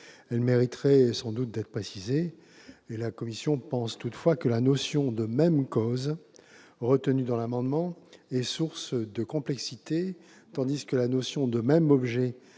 mériterait sans doute d'être précisée. Je pense toutefois que la notion de « même cause » retenue dans l'amendement est source de complexité, tandis que celle de « même objet